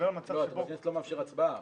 אבל בכנסת לא מאפשרים הצבעה.